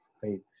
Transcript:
faith